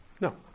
No